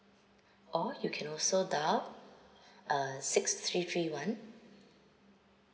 or you can also dial uh six three three one